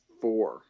four